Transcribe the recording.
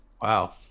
Wow